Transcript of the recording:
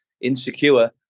insecure